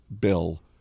bill